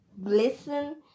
listen